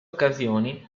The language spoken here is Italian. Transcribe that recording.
occasioni